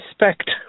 respect